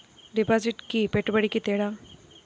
డిపాజిట్కి పెట్టుబడికి తేడా?